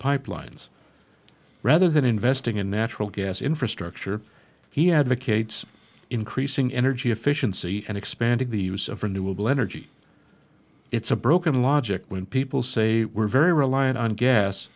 pipelines rather than investing in natural gas infrastructure he advocates increasing energy efficiency and expanding the use of renewable energy it's a broken logic when people say we're very reliant on gas